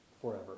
forever